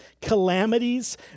calamities